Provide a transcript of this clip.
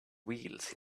wheels